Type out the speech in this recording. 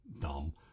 dumb